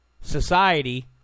society